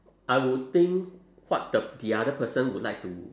I will think what the the other person would like to